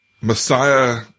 messiah